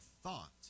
thought